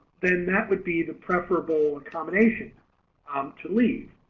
then that would be the preferable accommodation to leave.